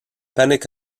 panic